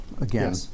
again